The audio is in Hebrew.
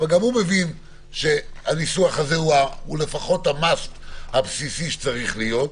אבל גם הוא מבין שזה המאסט הבסיסי שצריך להיות,